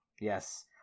Yes